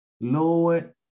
Lord